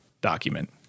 document